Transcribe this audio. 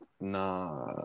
nah